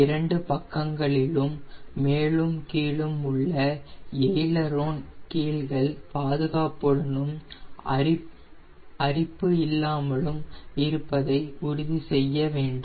இரண்டு பக்கங்களிலும் மேலும் கீழும் உள்ள எயிலேரோன் கீல்கள் பாதுகாப்புடனும் அரிப்பு இல்லாமலும் இருப்பதை உறுதி செய்யவேண்டும்